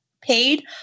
paid